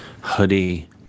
hoodie